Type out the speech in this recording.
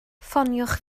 ffoniwch